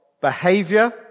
behavior